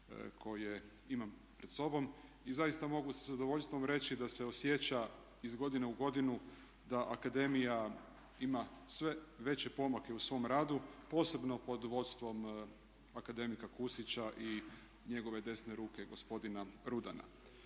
koje imam pred sobom i zaista mogu sa zadovoljstvom reći da se osjeća iz godine u godinu da akademija ima sve veće pomake u svom radu posebno pod vodstvom akademika Pusića i njegove desne ruke gospodina Rudana.